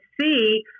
see